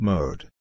Mode